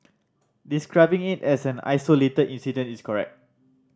describing it as an isolated incident is correct